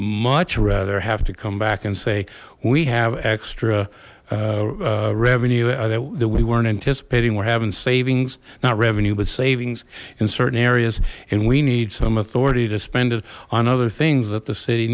much rather have to come back and say we have extra revenue that we weren't anticipating we're having savings not revenue but savings in certain areas and we need some authority to spend it on other things that the city